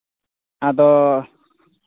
ᱟᱫᱚ